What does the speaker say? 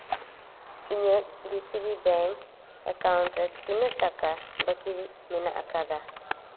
ᱤᱧᱟᱹᱜ DCB bank account ᱨᱮ ᱛᱤᱱᱟᱹᱜ ᱴᱟᱠᱟ ᱵᱟᱹᱠᱤ ᱢᱮᱱᱟᱜ ᱟᱠᱟᱫᱟ